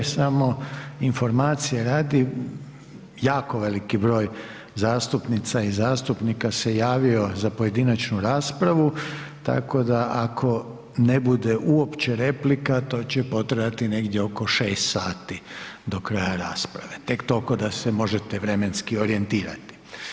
Samo informacije radi, jako veliki broj zastupnica i zastupnika se javio za pojedinačnu raspravu, tako da ako ne bude uopće replika to će potrajati negdje oko 6 sati do kraja rasprave, tek tolko da se možete vremenski orijentirati.